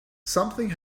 something